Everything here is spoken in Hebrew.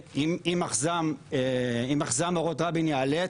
אם מחז"מ אורות רבין יעלה,